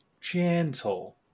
Gentle